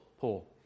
Paul